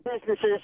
businesses